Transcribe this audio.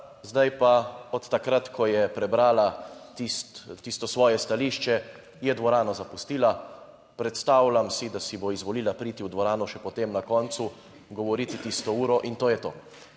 Zdaj pa od takrat, ko je prebrala tisti, tisto svoje stališče, je dvorano zapustila. Predstavljam si, da si bo izvolila priti v dvorano še potem, na koncu, govoriti tisto uro in to je to.